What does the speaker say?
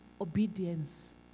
obedience